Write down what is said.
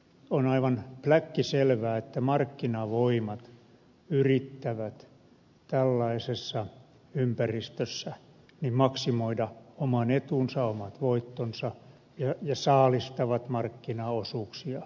on aivan pläkkiselvää että markkinavoimat yrittävät tällaisessa ympäristössä maksimoida oman etunsa omat voittonsa ja saalistavat markkinaosuuksia